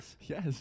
Yes